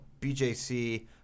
BJC